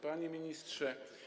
Panie Ministrze!